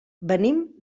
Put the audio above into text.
venim